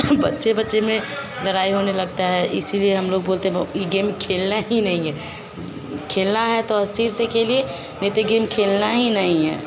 बच्चे बच्चे में लड़ाई होने लगता है इसीलिए हम लोग बोलते हैं यह गेम खेलना ही नहीं है खेलना है तो सही से खेलिए नहीं तो गेम खेलना ही नहीं है